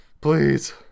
please